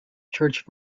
church